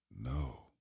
no